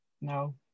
No